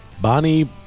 Bonnie